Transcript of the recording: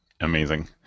Amazing